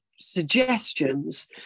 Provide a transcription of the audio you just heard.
suggestions